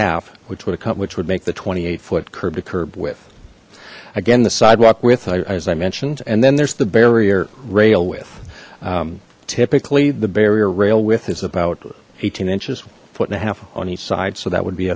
half which what a comp which would make the twenty eight foot curb the curb with again the sidewalk width as i mentioned and then there's the barrier rail width typically the barrier rail width is about eighteen inches foot and a half on each side so that would be